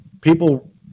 People